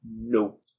Nope